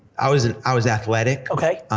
i was ah i was athletic. okay.